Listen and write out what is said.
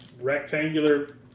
rectangular